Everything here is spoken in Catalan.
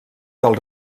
del